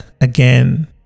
again